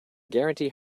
guarantee